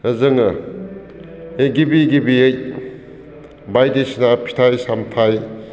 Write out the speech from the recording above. जोङो गिबि गिबियै बायदिसिना फिथाइ सामथाय